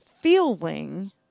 feeling